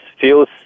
feels